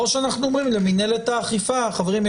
או שאומרים למינהלת האכיפה: חברים,